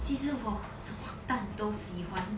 其实我什么蛋都喜欢